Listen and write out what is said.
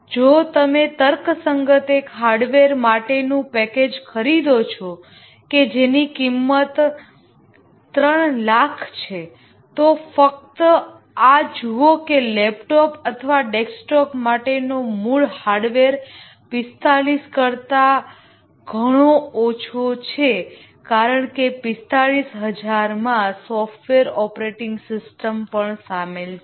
જો તમે તર્કસંગત એક હાર્ડવેર માટેનું પેકેજ ખરીદો છો કે જેની કિંમત 300000 છે તો ફક્ત આ જુઓ કે લેપટોપ અથવા ડેસ્કટોપ માટેનો મૂળ હાર્ડવેર 45000 કરતા ઘણો ઓછો છે કારણ કે 45000 માં સોફ્ટવેર ઓપરેટીંગ સિસ્ટમ પણ શામેલ છે